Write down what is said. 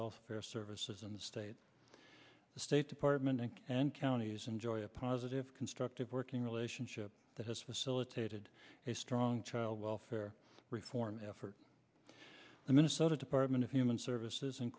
welfare services in the state the state department and counties enjoy a positive constructive working relationship that has facilitated a strong child welfare reform effort the minnesota department of human services in